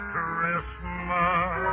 Christmas